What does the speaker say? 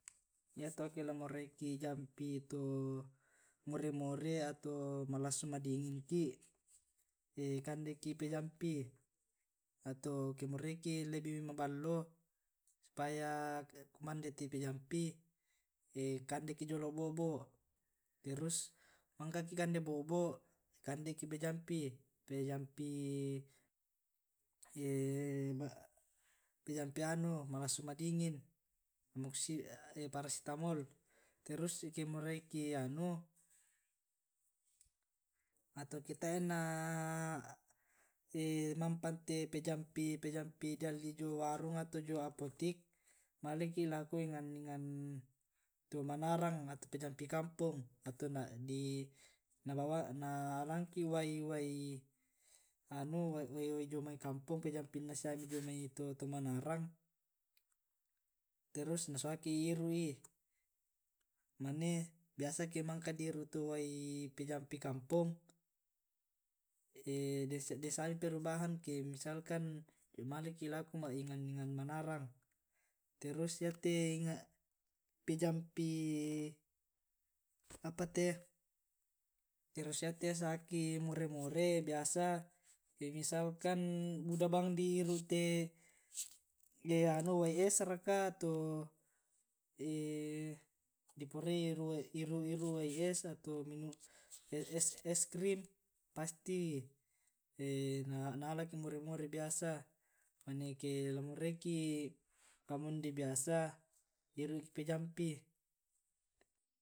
Iyato ake lamoraiki jampi to more more atau malassu madingingki. kandeki pajampi atau moraiki lebih maballo. Supaya kumande te pijampi kandeki jolo bo'bo'. Terus mangka ki kande bo'bo' kande ki pejampi pejampi pejampi anu malassu madingin parasetamol nterus eke moraiki anu ato ke taena mampan te pejampi pejampi di alli jio warung atau jio apotik maleki lako enang enang to manarang atau pejampi kampung atau na alangki wai wai jomai tau kampong pejampinna siami jomai to tau manarang terus na suaki iru'i mane biasa ke mane mangka di iru' tu uwai pijampi kampong dessiami perubahan ke maleki lako enang enang manarang. Terus yate pijampi apate terus yate saki more more biasa ke misalkan buda bang di iru' te wai es raka atau di purai iru' iru' wae es atau eskrim pasti na alaki more more biasa mane ke lamoraiki pa mondoi biasa iru'ki pejampi.